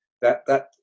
that—that